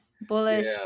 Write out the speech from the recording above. Bullish